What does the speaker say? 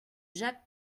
jacques